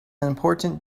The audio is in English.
important